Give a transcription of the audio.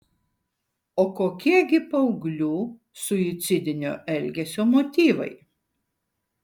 o kokie gi paauglių suicidinio elgesio motyvai